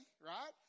right